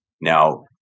Now